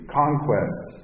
conquest